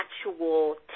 actual